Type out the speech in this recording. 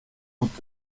gut